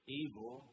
evil